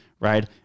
Right